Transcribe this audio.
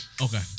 Okay